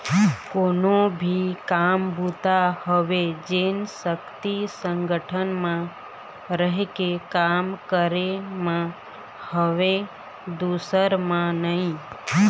कोनो भी काम बूता होवय जेन सक्ति संगठन म रहिके काम करे म हवय दूसर म नइ